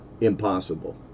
impossible